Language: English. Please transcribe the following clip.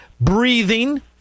breathing